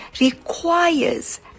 requires